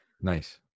Nice